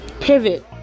pivot